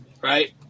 Right